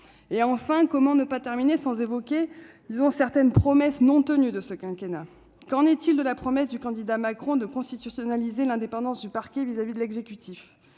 saurais conclure mon propos sans évoquer certaines promesses non tenues de ce quinquennat. Qu'en est-il de la promesse du candidat Macron de constitutionnaliser l'indépendance du parquet vis-à-vis de l'exécutif ?